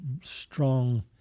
strong